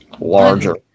Larger